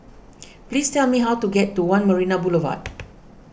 please tell me how to get to one Marina Boulevard